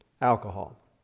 alcohol